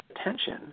attention